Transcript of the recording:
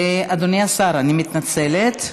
אדוני השר, אני מתנצלת,